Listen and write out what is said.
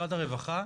משרד הרווחה,